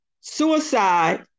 suicide